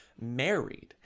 married